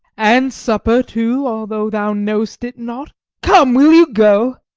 and supper too, although thou knowest it not come, will you go?